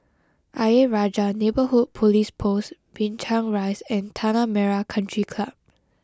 Ayer Rajah Neighbourhood Police Post Binchang Rise and Tanah Merah Country Club